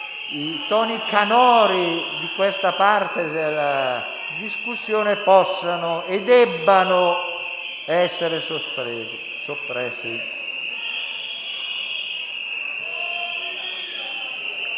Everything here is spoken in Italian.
i toni canori di questa parte della discussione possono e debbono essere soppressi.